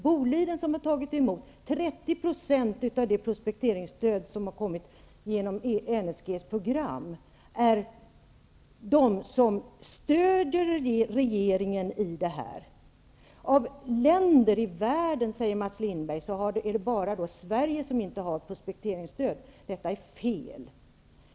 Boliden, som har tagit emot 30 % av det prospekteringsstöd som har kommit genom NSG:s program, hör till dem som stödjer regeringen i denna fråga. Mats Lindberg säger att det av länderna i världen bara är Sverige som inte har något prospekteringsstöd. Detta är fel.